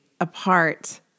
apart